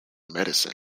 medicine